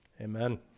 Amen